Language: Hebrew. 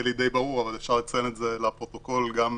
לי די ברור, אבל אפשר לציין את זה לפרוטוקול, גם